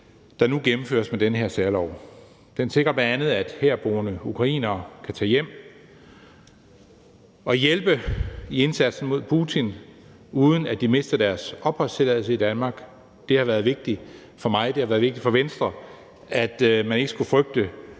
der nu gennemføres med den her særlov. Den sikrer bl.a., at herboende ukrainere kan tage hjem og hjælpe i indsatsen mod Putin, uden at de mister deres opholdstilladelse i Danmark. Det har været vigtigt for mig, og det har været vigtigt for Venstre, at man ikke skulle frygte